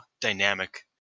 dynamic